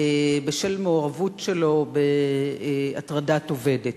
בשל מעורבות שלו בהטרדת עובדת.